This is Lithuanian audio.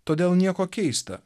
todėl nieko keista